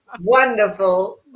Wonderful